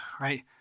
right